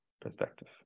perspective